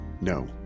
No